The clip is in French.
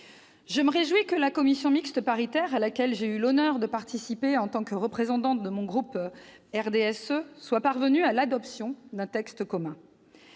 Je me réjouis que la commission mixte paritaire, à laquelle j'ai eu l'honneur de participer en tant que représentante du groupe du RDSE, soit parvenue à l'adoption d'un texte commun.